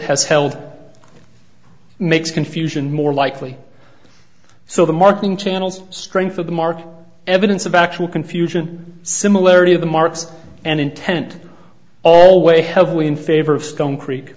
has held makes confusion more likely so the marking channel's strength of the mark evidence of actual confusion similarity of the marks and intent all weigh heavily in favor of stone creek